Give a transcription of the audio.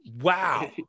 wow